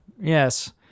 Yes